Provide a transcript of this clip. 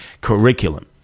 curriculum